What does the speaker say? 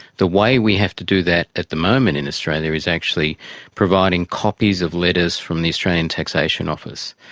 the way we have to do that at the moment in australia is actually providing copies of letters from the australian taxation office.